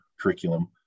curriculum